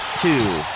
two